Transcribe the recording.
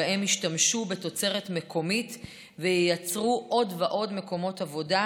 וישתמשו בהם בתוצרת מקומית וייצרו עוד ועוד מקומות עבודה,